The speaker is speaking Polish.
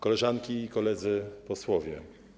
Koleżanki i Koledzy Posłowie!